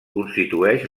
constitueix